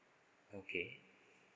okay